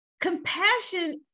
Compassion